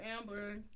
amber